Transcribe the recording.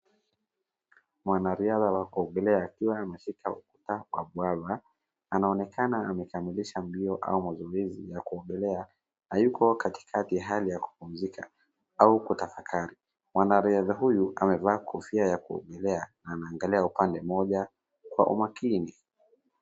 Mwanariadha wakuogelea akiwa ameshika ukuta wa mbwawa,. Anaonekana amekamilisha mbio au mazoezi ya kuogelea na yuko katikati ya hali ya kupumuzika au kutafakari. Mwanariadha huyu amevaa kofia ya kuogelea, Anaangalia upande moja kwa makini.